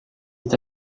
est